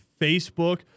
Facebook